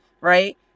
Right